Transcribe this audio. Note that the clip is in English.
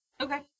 Okay